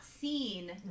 seen